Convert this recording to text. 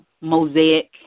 mosaic